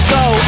go